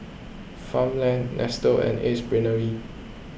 Farmland Nestle and Ace Brainery